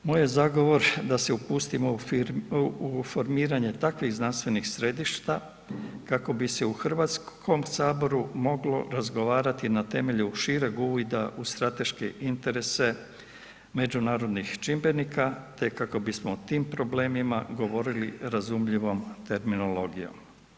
Moj je zagovor da se upustimo u formiranje takvih znanstvenih središta kako bi se u Hrvatskom saboru moglo razgovarati na temelju šireg uvida u strateške interese međunarodnih čimbenika te kako bismo o tim problemima govorili razumljivom terminologijom.